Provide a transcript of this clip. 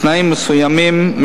בתנאים מסוימים,